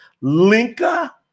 Linka